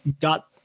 got